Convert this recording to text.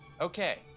Okay